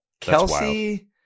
Kelsey